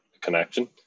connection